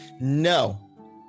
No